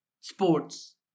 Sports